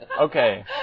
Okay